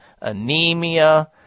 anemia